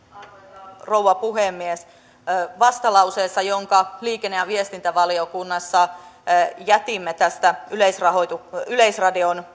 arvoisa rouva puhemies vastalauseessa jonka liikenne ja viestintävaliokunnassa jätimme tästä yleisradion